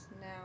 now